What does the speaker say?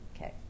Okay